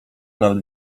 nawet